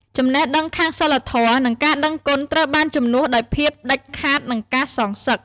ចំណេះដឹងខាងសីលធម៌ និងការដឹងគុណត្រូវបានជំនួសដោយភាពដាច់ខាត និងការសងសឹក។